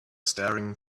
staring